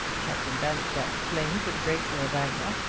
captain bannister exclaimed, with a great show of anger.